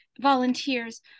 volunteers